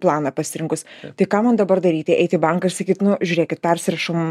planą pasirinkus tai ką man dabar daryti eiti į banką sakyt nu žiūrėkit persirašom